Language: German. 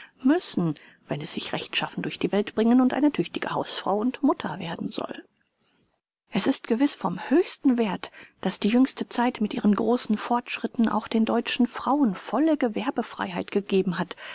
müssen wenn es sich rechtschaffen durch die welt bringen und eine tüchtige hausfrau und mutter werden soll es ist gewiß vom höchsten werth daß die jüngste zeit mit ihren großen fortschritten auch den deutschen frauen volle gewerbefreiheit gegeben hat